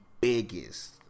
biggest